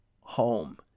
home